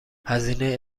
هزینه